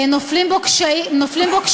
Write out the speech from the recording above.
נופלים בו כשלים,